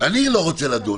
לא רוצה לדון.